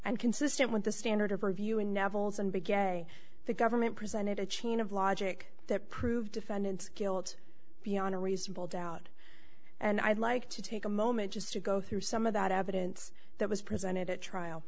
and consistent with the standard of review and nevels and began the government presented a chain of logic that proved defendant's guilt beyond a reasonable doubt and i'd like to take a moment just to go through some of that evidence that was presented at trial